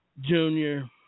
Junior